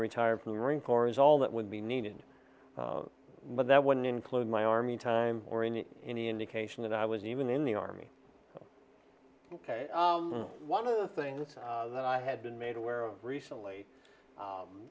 retired from the marine corps is all that would be needed but that wouldn't include my army time or in the any indication that i was even in the army ok one of the things that i had been made aware of recently